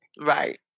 right